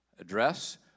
address